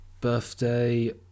birthday